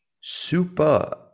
Super